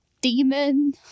demon